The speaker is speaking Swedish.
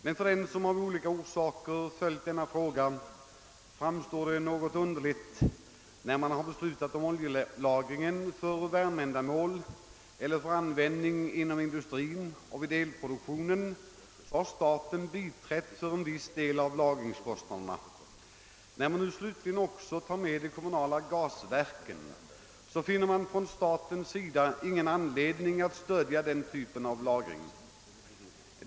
Men för den som av olika orsaker följt denna fråga framstår det som något underligt att staten — som vid beslut om oljelagring för värmeändamål, för användning i industrin och vid elproduktion har biträtt med en viss del av lagringskostnaderna — när man nu slutligen också tar upp frågan om de kommunala gasverken inte finner anledning att stödja den typen av lagring.